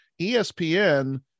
ESPN